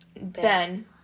Ben